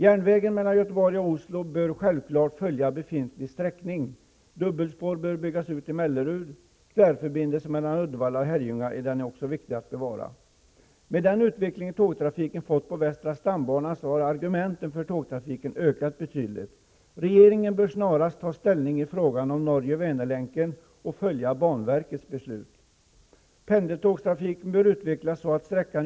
Järnvägen mellan Göteborg och Oslo bör självklart följa befintlig sträckning. Dubbelspår bör byggas till Mellerud. Tvärförbindelsen mellan Uddevalla och Herrljunga är viktig att bevara. Med den utveckling som tågtrafiken har fått på västra stambanan har argumenten för tågtrafiken betydligt ökat. Regeringen bör snarast ta ställning i fråga om Norge--Väner-länken och följa banverkets beslut.